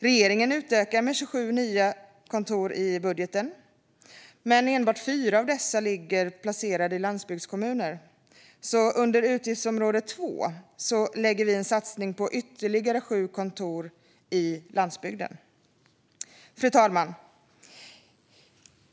Regeringen utökar med 27 nya kontor i budgeten, men enbart 4 av dessa placeras i landsbygdskommuner. Under utgiftsområde 2 lägger vi en satsning på ytterligare 7 kontor på landsbygden. Fru talman!